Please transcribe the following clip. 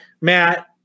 Matt